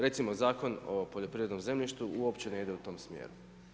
Recimo Zakon o poljoprivrednom zemljištu uopće ne ide u tom smjeru.